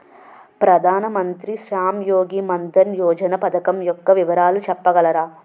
ప్రధాన మంత్రి శ్రమ్ యోగి మన్ధన్ యోజన పథకం యెక్క వివరాలు చెప్పగలరా?